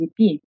GDP